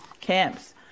camps